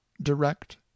direct